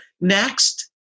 next